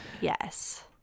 yes